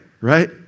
right